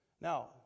Now